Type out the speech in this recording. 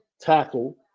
tackle